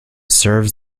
serves